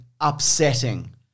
upsetting